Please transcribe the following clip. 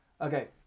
Okay